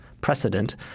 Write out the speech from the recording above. precedent